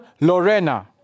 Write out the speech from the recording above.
Lorena